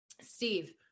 Steve